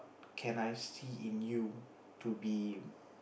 can I see in you to be